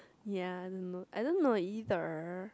ya don't know I don't know either